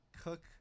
cook